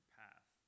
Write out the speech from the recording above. path